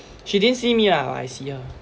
she didn't see me lah but I see her